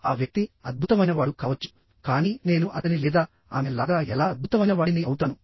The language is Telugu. ఆ వ్యక్తి అద్భుతమైనవాడు కావచ్చు కానీ నేను అతని లేదా ఆమె లాగా ఎలా అద్భుతమైనవాడిని అవుతాను